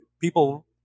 people